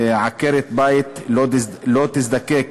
עקרת-בית לא תזדקק